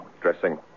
dressing